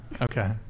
okay